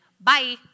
Bye